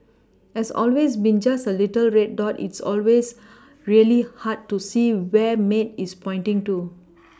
as always being just a little red dot it's always really hard to see where maid is pointing to